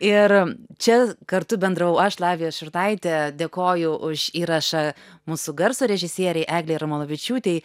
ir čia kartu bendravau aš lavija šurnaitė dėkoju už įrašą mūsų garso režisierei eglei ramonavičiūtei